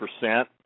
percent